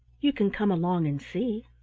you can come along and see.